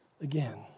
again